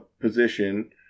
position